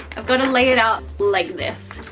i've gotta lay it out like this.